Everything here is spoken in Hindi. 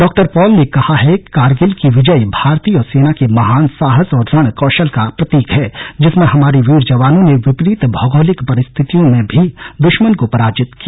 डॉ पॉल ने कहा है कारगिल की विजय भारतीय सेना के महान साहस और रण कौशल का प्रतीक है जिसमें हमारे वीर जवानों ने विपरीत भौगोलिक परिस्थितियों में भी दुश्मन को पराजित किया